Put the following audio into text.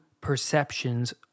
perceptions